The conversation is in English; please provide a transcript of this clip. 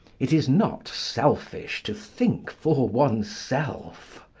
it is not selfish to think for oneself.